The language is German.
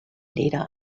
leder